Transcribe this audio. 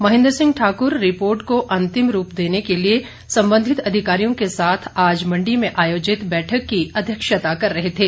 Mahendra Singh Thakur report को अंतिम रूप देने के लिए संबंधित अधिकारियों के साथ आज मंडी में आयोजित बैठक की अध्यक्षता कर रहे थे